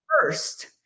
first